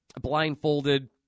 blindfolded